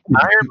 Iron